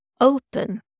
Open